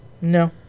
No